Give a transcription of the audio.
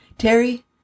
Terry